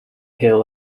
hill